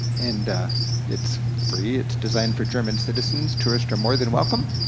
and it's free, it's designed for german citizens, tourists are more than welcome.